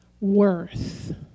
worth